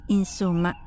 insomma